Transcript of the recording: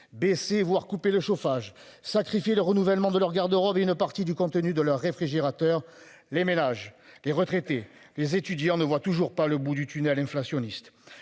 baisser voire couper le chauffage sacrifier le renouvellement de leur garde-robe et une partie du contenu de leur réfrigérateur. Les ménages, les retraités, les étudiants ne voit toujours pas le bout du tunnel inflationniste.